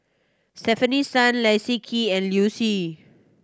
Stefanie Sun Leslie Kee and Liu Si